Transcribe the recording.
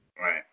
Right